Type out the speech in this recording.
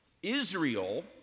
Israel